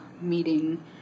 meeting